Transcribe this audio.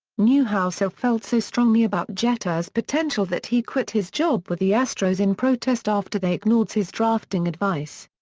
newhouser so felt so strongly about jeter's potential that he quit his job with the astros in protest after they ignored his drafting advice.